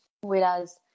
Whereas